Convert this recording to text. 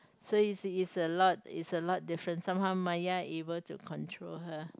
so it's it's a lot it's a lot different somehow Maya able to control her